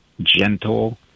gentle